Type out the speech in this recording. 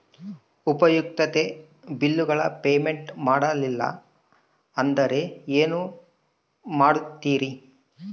ಉಪಯುಕ್ತತೆ ಬಿಲ್ಲುಗಳ ಪೇಮೆಂಟ್ ಮಾಡಲಿಲ್ಲ ಅಂದರೆ ಏನು ಮಾಡುತ್ತೇರಿ?